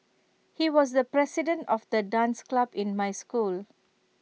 he was the president of the dance club in my school